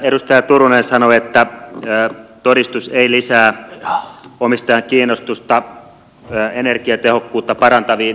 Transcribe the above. edustaja turunen sanoi että todistus ei lisää omistajan kiinnostusta energiatehokkuutta parantaviin investointeihin